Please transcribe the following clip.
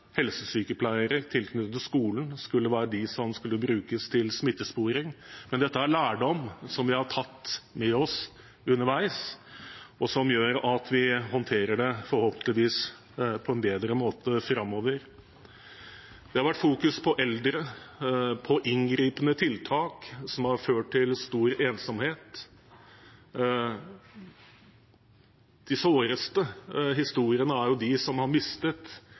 helsesykepleiere i tilknytning til skolen skulle være dem som skulle brukes til smittesporing. Men dette er lærdom som vi har tatt med oss underveis, og som gjør at vi forhåpentligvis håndterer det på en bedre måte framover. Det har vært fokus på eldre og på inngripende tiltak som har ført til stor ensomhet. De såreste historiene er om dem som har mistet